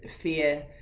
fear